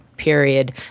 period